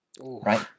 Right